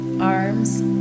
arms